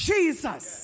Jesus